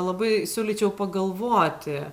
labai siūlyčiau pagalvoti